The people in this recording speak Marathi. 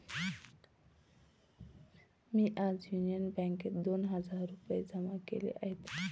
मी आज युनियन बँकेत दोन हजार रुपये जमा केले आहेत